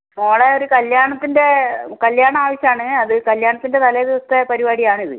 മോളെ ഒരു കല്യാണത്തിൻ്റ കല്യാണ ആവശ്യമാണ് അത് കല്യാണത്തിൻ്റ തലേ ദിവസത്തെ പരിപാടി ആണിത്